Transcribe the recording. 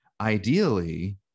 Ideally